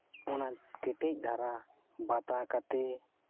ᱚᱱᱟ ᱠᱮᱴᱮᱡ ᱫᱷᱟᱨᱟ ᱵᱟᱛᱟ ᱠᱟᱛᱮᱫ